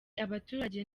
abaturage